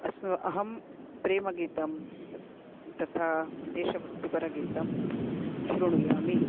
अस्ति अहं प्रेमगीतं तथा देशभक्तिपरगीतं शृणुयामि